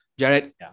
Jared